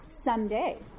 someday